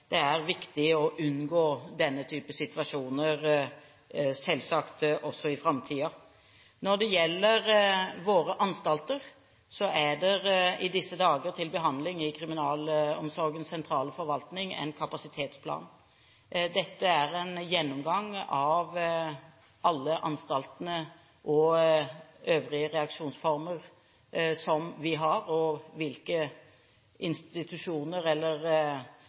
det er selvsagt viktig å unngå denne type situasjoner også i framtiden. Når det gjelder våre anstalter, er det i disse dager en kapasitetsplan til behandling i Kriminalomsorgens sentrale forvaltning. Dette er en gjennomgang av alle anstaltene og øvrige reaksjonsformer vi har, og hvilke institusjoner eller